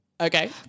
okay